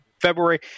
February